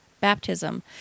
baptism